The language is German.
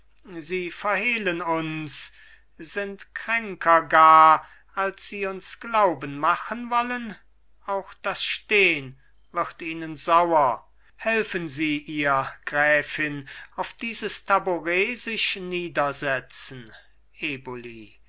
sie verhehlen uns sind kränker gar als sie uns glauben machen wollen auch das stehn wird ihnen sauer helfen sie ihr gräfin auf dieses taburett sich niedersetzen eboli